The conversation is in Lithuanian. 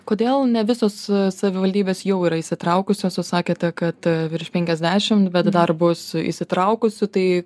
kodėl ne visus savivaldybės jau yra įsitraukusios sakėte kad virš penkiasdešim bet dar bus įsitraukusių tai